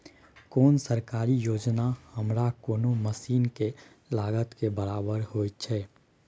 कोन सरकारी योजना हमरा कोनो मसीन के लागत के बराबर होय छै?